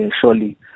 surely